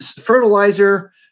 fertilizer